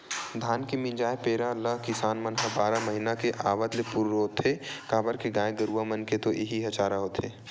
धान के मिंजाय पेरा ल किसान मन ह बारह महिना के आवत ले पुरोथे काबर के गाय गरूवा मन के तो इहीं ह चारा होथे